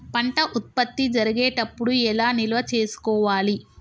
పంట ఉత్పత్తి జరిగేటప్పుడు ఎలా నిల్వ చేసుకోవాలి?